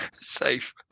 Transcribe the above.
Safe